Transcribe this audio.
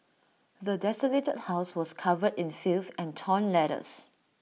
the desolated house was covered in filth and torn letters